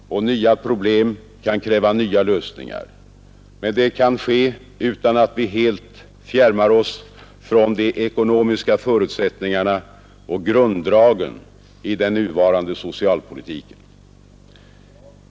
Och nya problem kan kräva nya lösningar. Men det kan ske utan att vi helt fjärmar oss från de ekonomiska förutsättningarna och grunddragen i den nuvarande socialpolitiken.